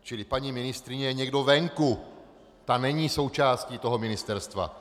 Čili paní ministryně je někdo venku, ta není součástí toho ministerstva!